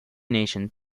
nation